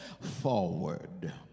forward